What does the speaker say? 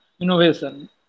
innovation